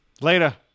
later